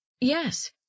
Yes